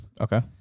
Okay